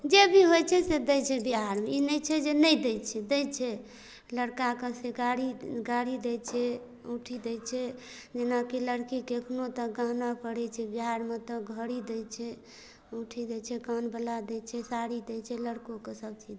जे भी होइ छै से दै छै बिहारमे ई नहि छै जे नहि दै छै दै छै लड़िकाके से गाड़ी गाड़ी दै छै औँठी दै छै जेनाकि लड़कीके एखनो तक गहना पड़य छै बिहारमे तऽ घड़ी दै छै औँठी दै छै कानवला दै छै साड़ी दै छै लड़कोके सबचीज